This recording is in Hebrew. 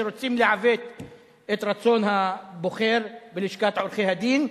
שרוצים לעוות את רצון הבוחר בלשכת עורכי-הדין,